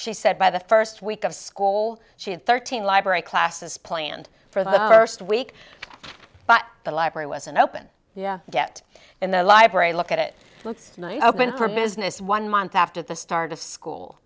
she said by the first week of school she had thirteen library classes planned for the first week but the library wasn't open yeah get in the library look at it open for business one month after the start of school